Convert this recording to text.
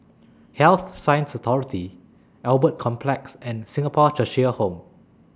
Health Sciences Authority Albert Complex and Singapore Cheshire Home